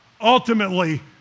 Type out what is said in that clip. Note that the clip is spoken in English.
ultimately